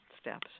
steps